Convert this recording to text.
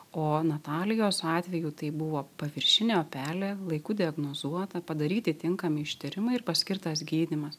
o natalijos atveju tai buvo paviršinė opelė laiku diagnozuota padaryti tinkami ištyrimai ir paskirtas gydymas